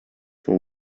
for